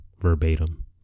verbatim